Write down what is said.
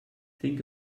think